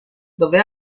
dove